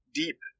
deep